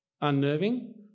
unnerving